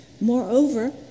Moreover